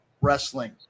wrestling